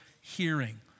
hearing